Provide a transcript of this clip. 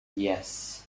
yes